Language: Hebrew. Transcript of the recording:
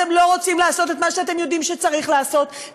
אתם לא רוצים לעשות את מה שאתם יודעים שצריך לעשות.